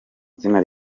izina